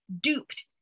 duped